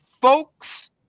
folks